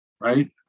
right